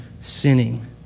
sinning